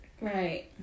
Right